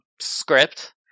script